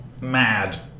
mad